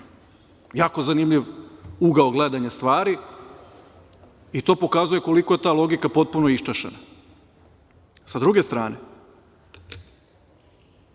silu. Jako zanimljiv ugao gledanja stvari. To pokazuje koliko je ta logika potpuno iščašena.S druge strane,